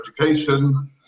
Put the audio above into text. education